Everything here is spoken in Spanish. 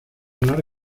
larga